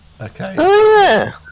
Okay